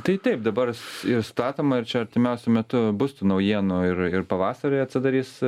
tai taip dabar ir statoma ir čia artimiausiu metu bus tų naujienų ir ir pavasarį atsidarys